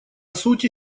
сути